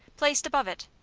placed above it,